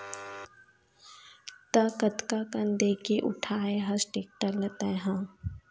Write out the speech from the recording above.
त कतका कन देके उठाय हस टेक्टर ल तैय हा?